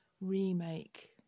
remake